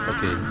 Okay